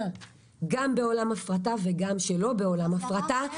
גם בעולם הפרטה וגם לא בעולם הפרטה.